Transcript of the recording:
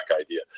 idea